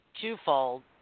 Twofold